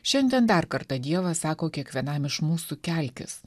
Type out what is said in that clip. šiandien dar kartą dievas sako kiekvienam iš mūsų kelkis